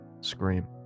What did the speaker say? scream